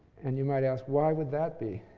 and you might ask, why would that be?